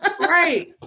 right